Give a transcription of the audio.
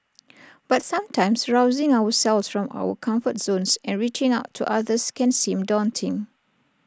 but sometimes rousing ourselves from our comfort zones and reaching out to others can seem daunting